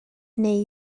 neu